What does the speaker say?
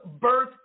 birth